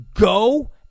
go